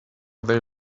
they